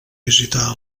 visità